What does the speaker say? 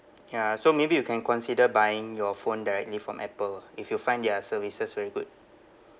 ya so maybe you can consider buying your phone directly from apple ah if you find their services very good